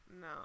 no